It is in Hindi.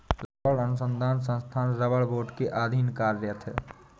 रबड़ अनुसंधान संस्थान रबड़ बोर्ड के अधीन कार्यरत है